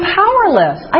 powerless